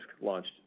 launched